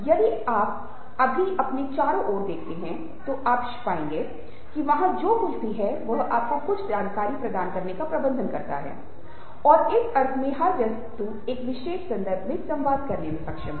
यदि आप अभी अपने चारों ओर देखते हैं तो आप शायद पाएंगे कि वहां जो कुछ भी है वह आपको कुछ जानकारी प्रदान करने का प्रबंधन करता है और इस अर्थ में हर वस्तु एक विशेष संदर्भ में संवाद करने की क्षमता रखती है